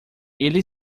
ele